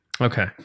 Okay